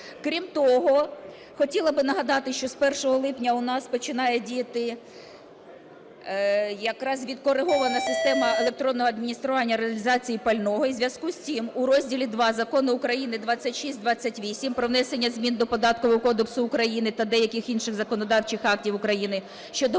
Крім того, хотіла би нагадати, що з 1 липня у нас починає діяти якраз відкоригована система електронного адміністрування реалізації пального. І в зв'язку з цим у розділі ІІ Закону України 2628 "Про внесення змін до Податкового кодексу України та деяких інших законодавчих актів України щодо